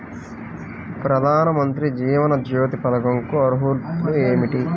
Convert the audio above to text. ప్రధాన మంత్రి జీవన జ్యోతి పథకంకు అర్హతలు ఏమిటి?